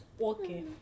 Okay